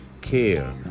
care